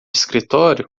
escritório